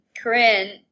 Corinne